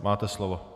Máte slovo.